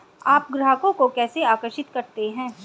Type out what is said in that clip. आप ग्राहकों को कैसे आकर्षित करते हैं?